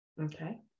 Okay